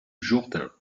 jourdain